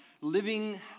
living